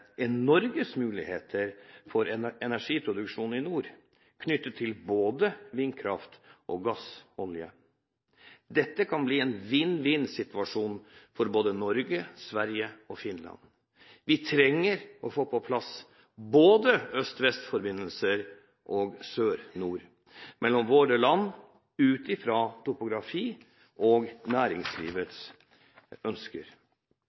nord, knyttet til både vindkraft og gass/olje. Dette kan bli en vinn-vinn-situasjon for både Norge, Sverige og Finland. Vi trenger å få på plass både øst–vest-forbindelser og sør–nord-forbindelser mellom våre land ut fra topografi og næringslivets ønsker.